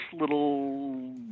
little